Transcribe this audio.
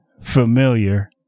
familiar